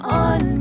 on